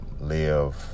live